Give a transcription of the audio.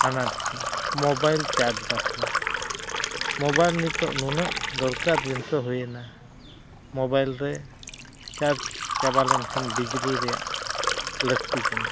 ᱟᱱᱟᱴ ᱠᱚ mobile charge ᱵᱟᱠᱷᱨᱟ ᱢᱳᱵᱟᱭᱤᱞ ᱱᱤᱛᱳᱜ ᱱᱩᱱᱟᱹᱜ ᱫᱚᱨᱠᱟᱨ ᱡᱤᱱᱤᱥ ᱦᱩᱭᱮᱱᱟ ᱢᱳᱵᱟᱭᱤᱞ ᱨᱮ ᱪᱟᱨᱡᱽ ᱪᱟᱵᱟ ᱞᱮᱱᱠᱷᱟᱱ ᱵᱤᱡᱽᱞᱤ ᱨᱮᱱᱟᱜ ᱞᱟᱹᱠᱛᱤ ᱠᱟᱱᱟ